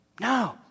No